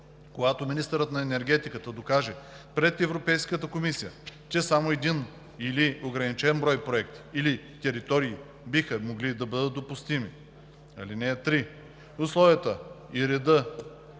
когато министърът на енергетиката докаже пред Европейската комисия, че само един или ограничен брой проекти или територии биха могли да бъдат допустими. (3) Условията и редът